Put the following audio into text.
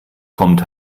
kommt